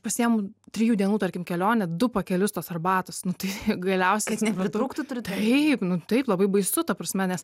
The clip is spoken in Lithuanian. pasiimu trijų dienų tarkim kelionę du pakelius tos arbatos nu tai galiausiai kad nepritrūktų turit omeny taip nu taip labai baisu ta prasme nes